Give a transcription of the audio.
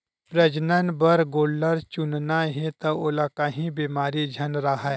प्रजनन बर गोल्लर चुनना हे त ओला काही बेमारी झन राहय